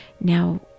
now